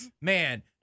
man